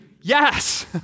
Yes